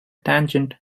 tangent